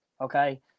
Okay